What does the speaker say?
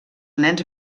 nens